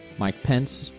mike pence,